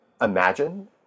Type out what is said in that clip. imagine